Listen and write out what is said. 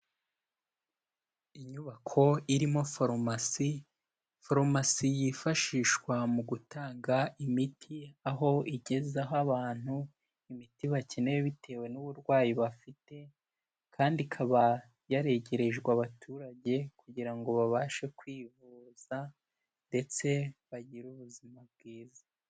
Inyubako irimo farumasi, farumasi yifashishwa mu gutanga imiti, aho igezaho abantu imiti bakeneye bitewe n'uburwayi bafite, kandi ikaba yaregerejwe abaturage kugira ngo babashe kwivuza, ndetse bagire ubuzima bwiza.